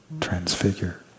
transfigure